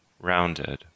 rounded